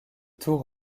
tour